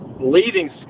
leaving